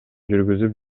жүргүзүп